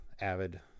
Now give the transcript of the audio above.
avid